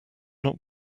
not